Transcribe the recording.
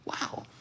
Wow